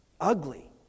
ugly